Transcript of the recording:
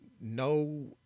no